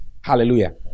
Hallelujah